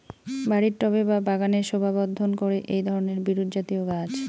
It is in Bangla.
বাড়ির টবে বা বাগানের শোভাবর্ধন করে এই ধরণের বিরুৎজাতীয় গাছ